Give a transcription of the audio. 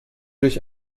durch